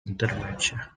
internecie